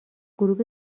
غروب